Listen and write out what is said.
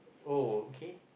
oh okay